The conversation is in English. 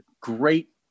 great